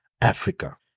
Africa